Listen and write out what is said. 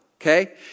Okay